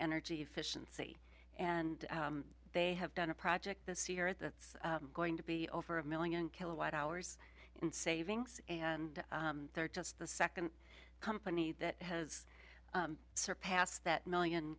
energy efficiency and they have done a project this year at that's going to be over a million kilowatt hours in savings and they're just the second company that has surpassed that million